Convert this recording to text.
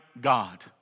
God